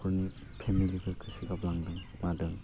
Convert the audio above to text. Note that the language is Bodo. नखरनि फेमिलिखौ सोगाब लांदों मादों